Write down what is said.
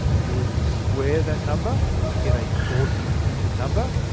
you would square that number to get a forty digit number.